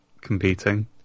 competing